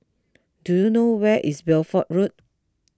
do you know where is Bedford Road